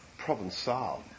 Provençal